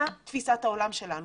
מה תפיסת העולם שלנו.